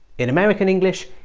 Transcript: in american english,